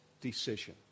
decision